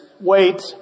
wait